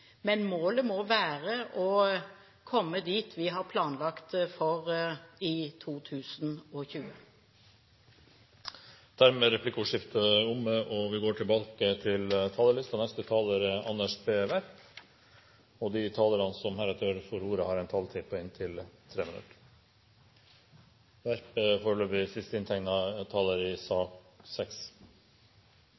Men målet må være å komme dit vi har planlagt for i 2020. Dermed er replikkordskiftet omme. De talere som heretter får ordet, har en taletid på inntil 3 minutter. Den årlige debatten om Justisdepartementets budsjett, som foregår i desember hvert år, er vel kanskje den mest helhetlige justispolitiske debatten vi har i